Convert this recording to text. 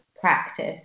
practice